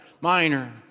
Minor